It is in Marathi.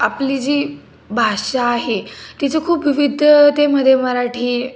आपली जी भाषा आहे तिचे खूप विविधतेमध्ये मराठी